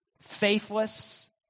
faithless